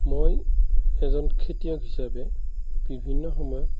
মই এজন খেতিয়ক হিচাপে বিভিন্ন সময়ত